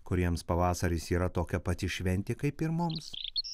kuriems pavasaris yra tokia pat šventė kaip ir mums